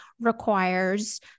requires